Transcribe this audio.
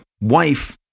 wife